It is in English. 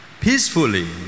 peacefully